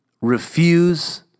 refuse